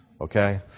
Okay